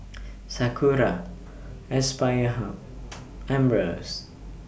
Sakura Aspire Hub Ambros